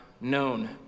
known